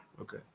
Okay